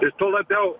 ir tuo labiau